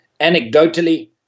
anecdotally